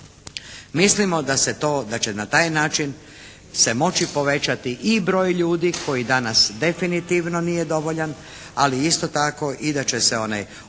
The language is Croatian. se to, da će na taj način se moći povećati i broj ljudi koji danas definitivno nije dovoljan, ali isto tako da će se omogućiti